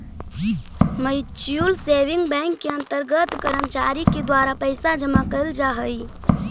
mutual saving bank के अंतर्गत कर्मचारी के द्वारा पैसा जमा कैल जा हइ